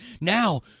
Now